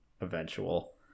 eventual